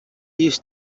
used